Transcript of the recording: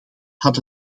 had